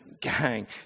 gang